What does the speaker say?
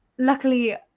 luckily